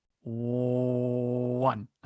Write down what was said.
one